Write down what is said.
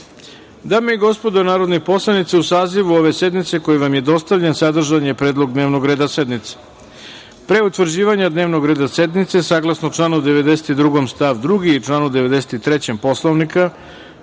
i gospodo narodni poslanici, u sazivu ove sednice koji vam je dostavljen sadržan je predlog dnevnog reda sednice. Pre utvrđivanja dnevnog reda sednice, saglasno članu 92. stav 2. i članu 93. Poslovnika,